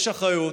יש אחריות,